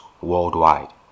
worldwide